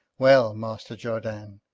well, master jourdain,